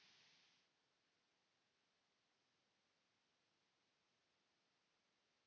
Kiitos.